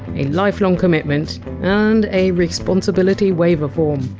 a lifelong commitment and a responsibility waiver form